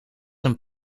een